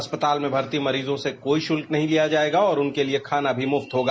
अस्पताल में भर्ती मरीजों से कोई शुल्क नहीं लिया जाएगा और उनके लिए खाना भी मुक्त होगा